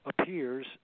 appears